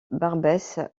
barbès